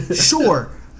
sure